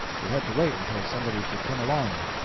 we had to wait until somebody should come along.